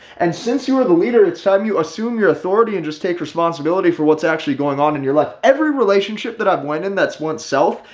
and since you are the leader, it's time you assume your authority and just take responsibility for what's actually going on in your life. every relationship that i've went in, that's one self,